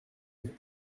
eux